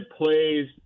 plays